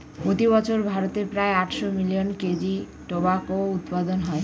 প্রতি বছর ভারতে প্রায় আটশো মিলিয়ন কেজি টোবাকো উৎপাদন হয়